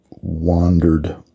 wandered